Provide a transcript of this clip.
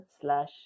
slash